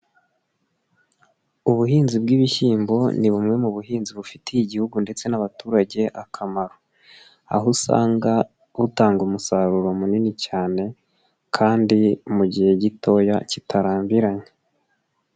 Ubuhinzi bw'ibishyimbo ni bumwe mu buhinzi bufitiye Igihugu ndetse n'abaturage akamaro. Aho usanga butanga umusaruro munini cyane kandi mu gihe gitoya kitarambiranye.